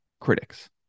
critics